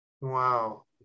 Wow